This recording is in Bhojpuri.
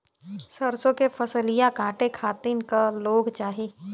सरसो के फसलिया कांटे खातिन क लोग चाहिए?